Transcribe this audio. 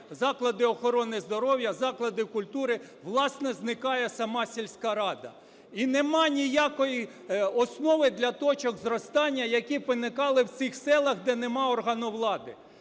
заклади охорони здоров'я, заклади культури, власне, зникає сама сільська рада. І нема ніякої основи для точок зростання, які б виникали в цих селах, де нема органу влади.